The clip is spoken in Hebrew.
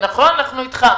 נכון, אנחנו איתך.